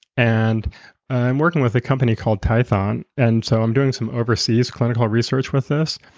and i'm working with a company called tithon and so i'm doing some overseas clinical research with this.